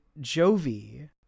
Jovi